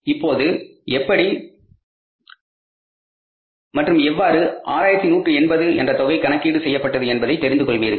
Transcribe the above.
இப்பொழுது எப்படி மற்றும் எவ்வாறு 6180 என்ற தொகை கணக்கீடு செய்யப்பட்டது என்பதை தெரிந்து கொள்வீர்கள்